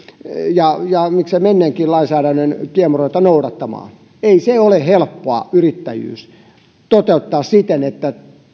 ja ja miksei menneenkin lainsäädännön kiemuroita noudattamaan ei yrittäjyys ole helppoa toteuttaa siten että